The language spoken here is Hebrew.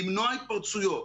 למנוע התפרצויות.